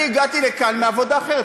אני הגעתי לכאן מעבודה אחרת.